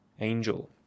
Angel